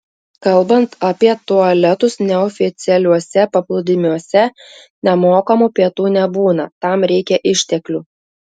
kalbant apie tualetus neoficialiuose paplūdimiuose nemokamų pietų nebūna tam reikia išteklių